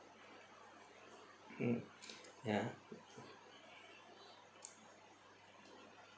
mm ya